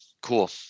Cool